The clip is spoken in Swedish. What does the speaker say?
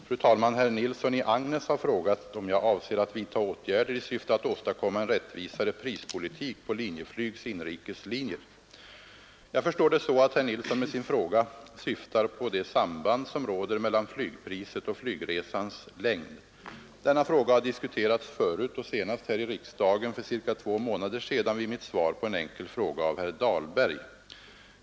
Fru talman! Herr Nilsson i Agnäs har frågat om jag avser att vidtaga åtgärder i syfte att åstadkomma en rättvisare prispolitik på Linjeflygs inrikeslinjer. Jag förstår det så att herr Nilsson med sin fråga syftar på det samband som råder mellan flygpriset och flygresans längd. Denna fråga har diskuterats förut och senast här i riksdagen för cirka två månader sedan vid mitt svar på en enkel fråga av herr Dahlberg.